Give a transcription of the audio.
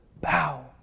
Bow